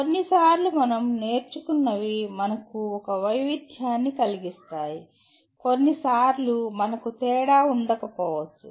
కొన్నిసార్లు మనం నేర్చుకున్నవి మనకు ఒక వైవిధ్యాన్ని కలిగిస్తాయి కొన్నిసార్లు మనకు తేడా ఉండకపోవచ్చు